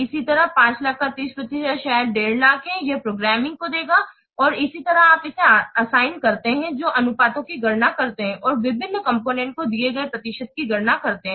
इसी तरह 500000 का 30 प्रतिशत शायद 15 लाख यह प्रोग्रामिंग को देगा और इसी तरह आप इसे असाइन करते हैं जो अनुपातों की गणना करते हैं और विभिन्न कॉम्पोनेन्ट को दिए गए प्रतिशत की गणना करते हैं